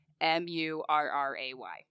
M-U-R-R-A-Y